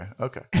Okay